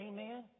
Amen